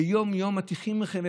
יום-יום מטיחים בכם,